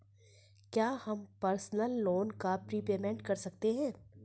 क्या हम personal loan का प्रीपेमेंट कर सकते हैं?